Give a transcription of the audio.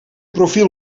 profiel